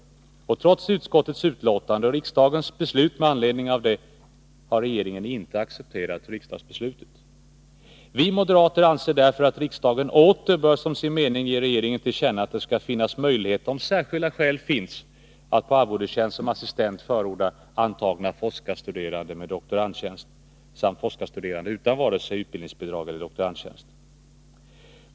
Trots utskottets betänkande och riksdagens beslut med anledning av detta har regeringen inte accepterat riksdagsbeslutet. Vi moderater anser därför att riksdagen åter bör som sin mening ge regeringen till känna att det skall finnas möjligheter, om särskilda skäl finns, att på arvodestjänst som assistent förordna antagna forskarstuderande med doktorandtjänst samt forskarstuderande utan vare sig utbildningsbidrag eller doktorandtjänst.